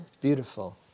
Beautiful